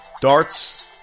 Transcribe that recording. Darts